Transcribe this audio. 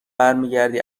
برمیگردی